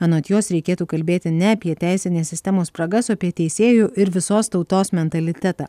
anot jos reikėtų kalbėti ne apie teisinės sistemos spragas o apie teisėjų ir visos tautos mentalitetą